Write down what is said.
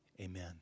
amen